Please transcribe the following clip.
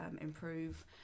improve